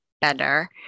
better